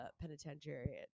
Penitentiary